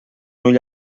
ull